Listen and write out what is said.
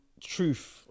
truth